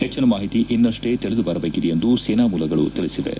ಹೆಚ್ಚನ ಮಾಹಿತಿ ಇನ್ನಷ್ಷೇ ತಿಳಿದುಬರಬೇಕಿದೆ ಎಂದು ಸೇನಾ ಮೂಲಗಳು ತಿಳಿಸಿವೆ